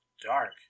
dark